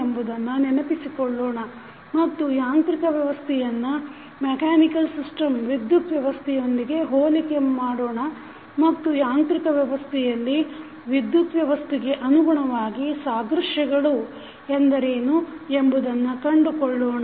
ಎಂಬುದನ್ನು ನೆನಪಿಸಿಕೊಳ್ಳೋಣ ಮತ್ತು ಯಾಂತ್ರಿಕ ವ್ಯವಸ್ಥೆಯನ್ನು ವಿದ್ಯುತ್ ವ್ಯವಸ್ಥೆಯೊಂದಿಗೆ ಹೋಲಿಕೆ ಮಾಡೋಣ ಮತ್ತು ಯಾಂತ್ರಿಕ ವ್ಯವಸ್ಥೆಯಲ್ಲಿ ವಿದ್ಯುತ್ ವ್ಯವಸ್ಥೆಗೆ ಅನುಗುಣವಾಗಿ ಸಾದೃಶ್ಯಗಳು ಎಂದರೇನು ಎಂಬುದನ್ನು ಕಂಡುಕೊಳ್ಳೋಣ